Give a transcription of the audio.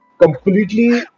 completely